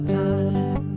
time